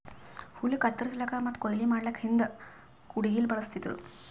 ಹುಲ್ಲ್ ಕತ್ತರಸಕ್ಕ್ ಮತ್ತ್ ಕೊಯ್ಲಿ ಮಾಡಕ್ಕ್ ಹಿಂದ್ ಕುಡ್ಗಿಲ್ ಬಳಸ್ತಿದ್ರು